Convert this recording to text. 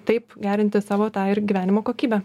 taip gerinti savo tą ir gyvenimo kokybę